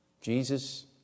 Jesus